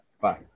Bye